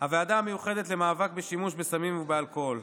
הוועדה המיוחדת למאבק בשימוש בסמים ובאלכוהול.